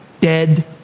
dead